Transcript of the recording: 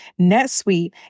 NetSuite